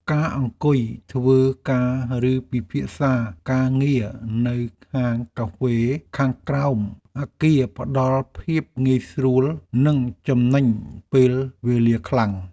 ការអង្គុយធ្វើការឬពិភាក្សាការងារនៅហាងកាហ្វេខាងក្រោមអគារផ្តល់ភាពងាយស្រួលនិងចំណេញពេលវេលាខ្លាំង។